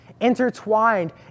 intertwined